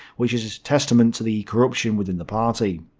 which is is testament to the corruption within the party.